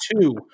two